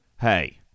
Hey